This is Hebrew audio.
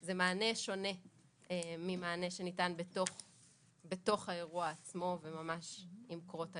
זה מענה שונה מהמענה שצריך לתת ממש עם קרות האירוע.